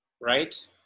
right